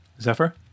Zephyr